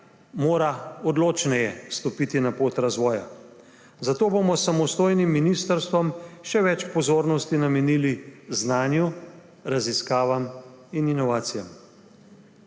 mora odločneje stopiti na pot razvoja, zato bomo s samostojnim ministrstvom še več pozornosti namenili znanju, raziskavam in inovacijam.